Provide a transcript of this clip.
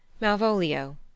Malvolio